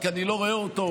רק אני לא רואה אותו.